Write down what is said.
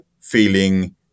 feeling